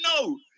no